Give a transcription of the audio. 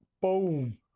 Boom